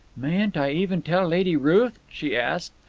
mayn't i even tell lady ruth? she asked.